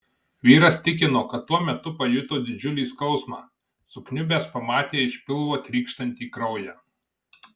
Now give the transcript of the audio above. vyras tikino kad tuo metu pajuto didžiulį skausmą sukniubęs pamatė iš pilvo trykštantį kraują